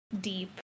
deep